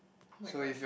oh-my-gosh